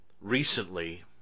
recently